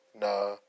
Nah